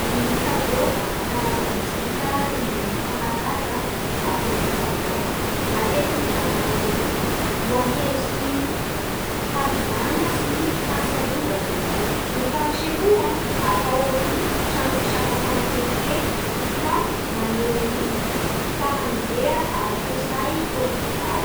Ny fado da karazana mozika nentim-paharaza a Portogaly any Matetiky mifandray amin'ny lohahevitsy ny havizana sy ny fahatsiarova e io Ny fampisehoa da atao amin'ny trano fampisakafoana keikely ka maneho ny fahamendrea ara-kolotsay portogaly